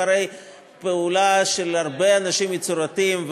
אחרי פעולה של הרבה אנשים יצירתיים,